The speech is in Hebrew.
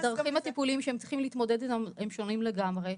הדרכים הטיפוליות שהן צריכות להתמודד איתן שונות לגמרי.